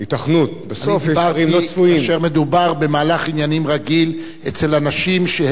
כאשר מדובר במהלך עניינים רגיל אצל אנשים שאפשר לחשוב מה הם חושבים,